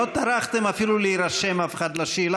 לא טרחתם אפילו להירשם לשאלה,